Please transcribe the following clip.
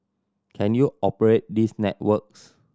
can you operate these networks